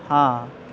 ہاں